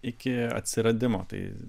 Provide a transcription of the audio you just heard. iki atsiradimo tai